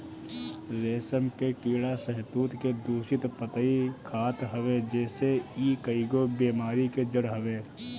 रेशम के कीड़ा शहतूत के दूषित पतइ खात हवे जेसे इ कईगो बेमारी के जड़ हवे